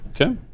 Okay